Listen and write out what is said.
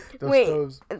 Wait